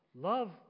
Love